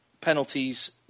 penalties